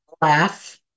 laugh